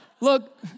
look